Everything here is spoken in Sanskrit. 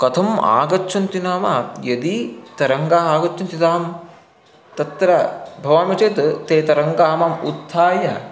कथम् आगच्छन्ति नाम यदि तरङ्गाः आगच्छन्ति तदा तत्र भवामि चेत् ते तरङ्गाः माम् उत्थाय